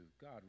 God